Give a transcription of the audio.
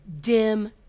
dim